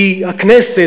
כי הכנסת,